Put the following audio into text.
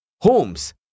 Holmes